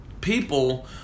people